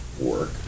work